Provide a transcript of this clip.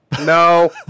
no